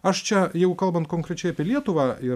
aš čia jeigu kalbant konkrečiai apie lietuvą ir